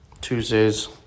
Tuesdays